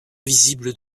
visibles